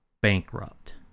bankrupt